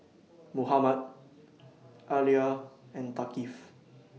Muhammad Alya and Thaqif